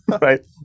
Right